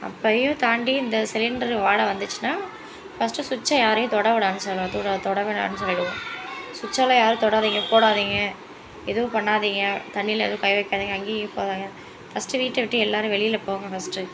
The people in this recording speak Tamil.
அப்பயும் தாண்டி இந்த சிலிண்ட்ரு வாடை வந்துச்சுன்னால் ஃபஸ்ட்டு சுவிட்ச்சை யாரையும் தொடக்கூடாதுன்னு சொல்லுவோம் தொட தொடக்கூடாதுன்னு சொல்லிவிடுவோம் சுவிட்ச்செலாம் யாரும் தொடாதீங்க போடாதீங்க எதுவும் பண்ணாதீங்க தண்ணியில் எதுவும் கை வைக்காதீங்க அங்கேயும் இங்கேயும் போகாதீங்க ஃபஸ்ட்டு வீட்டை விட்டு எல்லாேரும் வெளியில் போங்க ஃபஸ்ட்டு